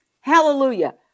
hallelujah